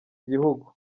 igihugu